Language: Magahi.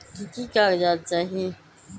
की की कागज़ात चाही?